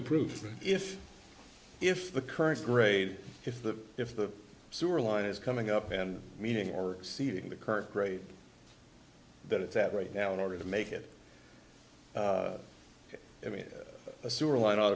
the proof if if the current grade if the if the sewer line is coming up and meaning or seeding the current grade that it's at right now in order to make it i mean a sewer line ought